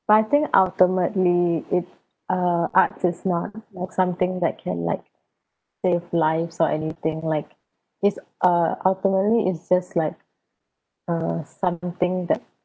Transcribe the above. but I think ultimately it uh arts is not like something that can like save lives or anything like it's uh ultimately it's just like uh something that